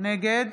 נגד